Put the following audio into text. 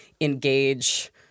engage